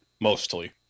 mostly